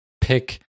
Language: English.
pick